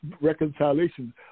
reconciliation